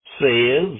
says